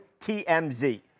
tmz